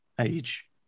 age